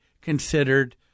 considered